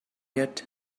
yet